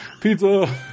pizza